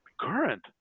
current